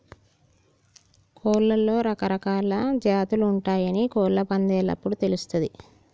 కోడ్లలో రకరకాలా జాతులు ఉంటయాని కోళ్ళ పందేలప్పుడు తెలుస్తది